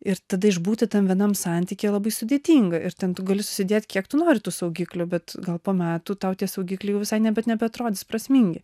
ir tada išbūti tam vienam santykyje labai sudėtinga ir ten tu gali susidėt kiek tu nori tų saugiklių bet gal po metų tau tie saugikliai jau visai ne bet nebeatrodys prasmingi